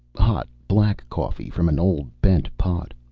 hot black coffee from an old bent pot.